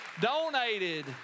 donated